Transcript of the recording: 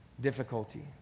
difficulty